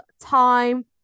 time